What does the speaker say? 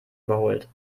überholt